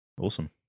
awesome